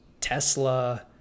Tesla